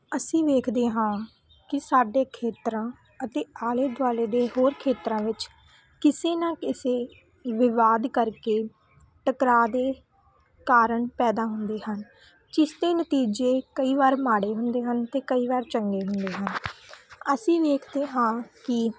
ਅਸੀਂ ਵੇਖਦੇ ਹਾਂ ਕਿ ਸਾਡੇ ਖੇਤਰਾਂ ਅਤੇ ਆਲੇ ਦੁਆਲੇ ਦੇ ਹੋਰ ਖੇਤਰਾਂ ਵਿੱਚ ਕਿਸੇ ਨਾ ਕਿਸੇ ਵਿਵਾਦ ਕਰਕੇ ਟਕਰਾਅ ਦੇ ਕਾਰਨ ਪੈਦਾ ਹੁੰਦੇ ਹਨ ਜਿਸ ਦੇ ਨਤੀਜੇ ਕਈ ਵਾਰ ਮਾੜੇ ਹੁੰਦੇ ਹਨ ਅਤੇ ਕਈ ਵਾਰ ਚੰਗੇ ਹੁੰਦੇ ਹਨ ਅਸੀਂ ਵੇਖਦੇ ਹਾਂ ਕਿ